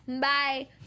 Bye